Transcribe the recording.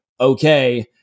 okay